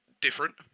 different